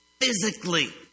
physically